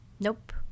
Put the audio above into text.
Nope